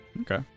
Okay